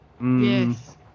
Yes